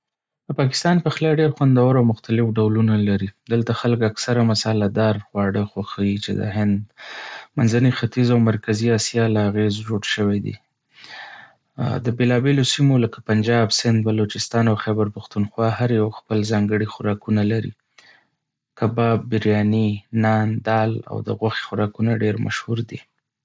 د پاکستان پخلی ډېر خوندور او مختلف ډولونه لري. دلته خلک اکثره مصالحه‌دار خواړه خوښوي چې د هند، منځني ختیځ او مرکزي اسیا له اغېزو جوړ شوي دي. د بېلابېلو سیمو لکه پنجاب، سند، بلوچستان او خیبر پښتونخوا هر یو خپل ځانګړي خوراکونه لري. کباب، بریاني، نان، دال او د غوښې خوراکونه ډېر مشهور دي.